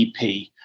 EP